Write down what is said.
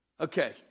Okay